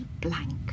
blank